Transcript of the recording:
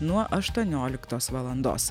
nuo aštuonioliktos valandos